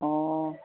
অঁ